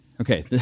okay